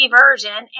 version